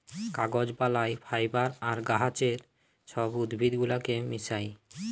কাগজ বালায় ফাইবার আর গাহাচের ছব উদ্ভিদ গুলাকে মিশাঁয়